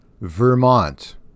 Vermont